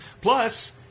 Plus